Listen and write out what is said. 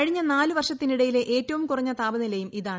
കഴിഞ്ഞ നാലു വർഷത്തിനിടയിലെ ഏറ്റവും കുറഞ്ഞ താപനിലയും ഇതാണ്